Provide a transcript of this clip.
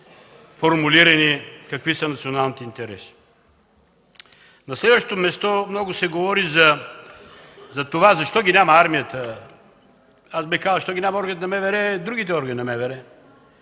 какви са националните интереси. На следващо място, много се говори защо я няма армията, аз бих казал – защо ги няма органите на МВР и другите органи на МВР?